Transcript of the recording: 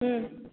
हं